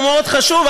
הוא מאוד חשוב,